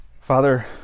Father